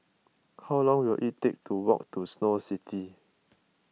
how long will it take to walk to Snow City